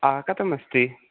कथमस्ति